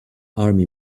army